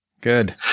Good